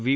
V